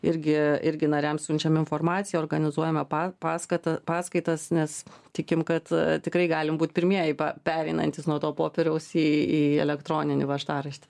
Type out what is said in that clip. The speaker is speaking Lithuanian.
irgi irgi nariams siunčiam informaciją organizuojame pa paskatą paskaitas nes tikim kad tikrai galim būt pirmieji pereinantys nuo to popieriaus į į elektroninį važtaraštį